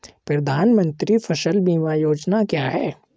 प्रधानमंत्री फसल बीमा योजना क्या है?